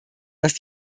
dass